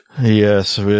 Yes